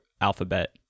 alphabet